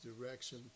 direction